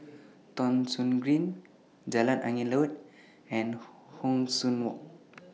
Thong Soon Green Jalan Angin Laut and Hong San Walk